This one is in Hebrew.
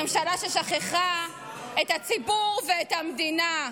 ממשלה ששכחה את הציבור ואת המדינה.